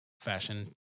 fashion